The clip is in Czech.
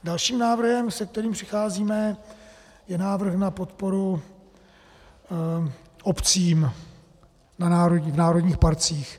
Dalším návrhem, se kterým přicházíme, je návrh na podporu obcím v národních parcích.